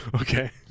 Okay